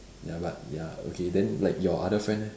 ya but ya okay then like your other friend eh